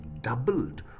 doubled